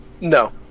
No